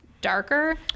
darker